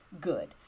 good